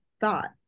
thought